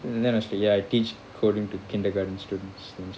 and then I said ya I teach coding to kindergarten students